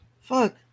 Fuck